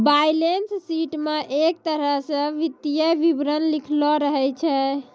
balance sheet म एक तरह स वित्तीय विवरण लिखलो रहै छै